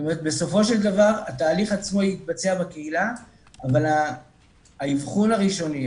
בסופו של דבר התהליך עצמו יתבצע בקהילה אבל האבחון הראשונה,